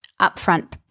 upfront